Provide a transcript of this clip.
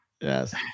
yes